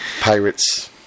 Pirates